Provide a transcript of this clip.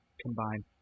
combine